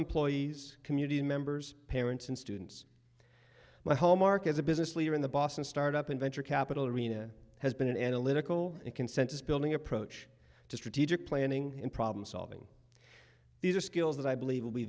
employees community members parents and students my whole mark as a business leader in the boston startup in venture capital arena has been an analytical and consensus building approach to strategic planning and problem solving these are skills that i believe will be